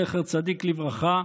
זכר צדיק לברכה,